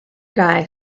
guy